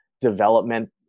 development